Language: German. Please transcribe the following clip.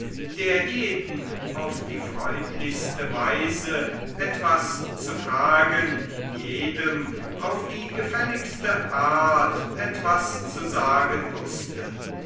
der jeden auf die freundlichste weise etwas zu fragen jedem auf die gefälligste art etwas zu sagen wußte